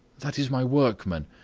that is my workman.